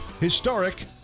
historic